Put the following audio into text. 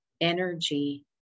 energy